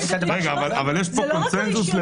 זה לא רק הרישיונות.